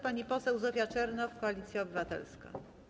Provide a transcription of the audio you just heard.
Pani poseł Zofia Czernow, Koalicja Obywatelska.